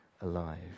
alive